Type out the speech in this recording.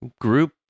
group